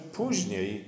później